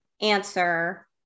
answer